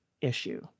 issue